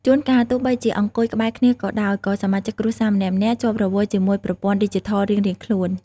ជួនកាល ទោះបីជាអង្គុយក្បែរគ្នាក៏ដោយ ក៏សមាជិកគ្រួសារម្នាក់ៗជាប់រវល់ជាមួយប្រព័ន្ធឌីជីថលរៀងៗខ្លួន ។